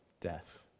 death